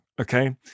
okay